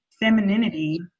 femininity